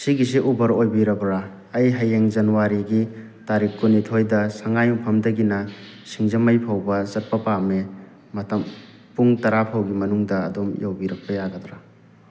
ꯁꯤꯒꯤꯁꯤ ꯎꯕꯔ ꯑꯣꯏꯕꯤꯔꯕ꯭ꯔꯥ ꯑꯩ ꯍꯌꯦꯡ ꯖꯅꯋꯥꯔꯤꯒꯤ ꯇꯥꯔꯤꯛ ꯀꯨꯟꯅꯤꯊꯣꯏꯗ ꯁꯉꯥꯏꯌꯨꯝꯐꯝꯗꯒꯤꯅ ꯁꯤꯡꯖꯃꯩꯐꯥꯎꯕ ꯆꯠꯄ ꯄꯥꯝꯃꯤ ꯃꯇꯝ ꯄꯨꯡ ꯇꯔꯥꯐꯥꯎꯒꯤ ꯃꯅꯨꯡꯗ ꯑꯗꯣꯝ ꯌꯧꯕꯤꯔꯛꯄ ꯌꯥꯒꯗ꯭ꯔꯥ